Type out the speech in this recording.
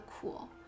cool